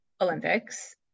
Olympics